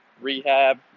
rehab